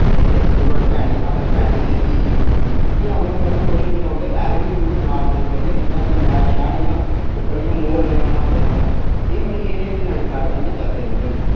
ते इक में नुआढ़ी भैने अपनी भैने दित्ती ही दित्तियां उ'नें ओह् बी खुश होइयां उंदे पैरें बी इयां नाप नूप लेइयै दिक्खेआ इयां शैल इयां उप्पर इयां मोर नेहा बनाऊड़ेदा होंदा एह् मड़ी एह् नेह डिजाईन साढ़े ताईं नै चलदे रौह्नदे न